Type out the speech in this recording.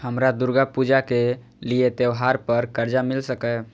हमरा दुर्गा पूजा के लिए त्योहार पर कर्जा मिल सकय?